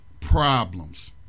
problems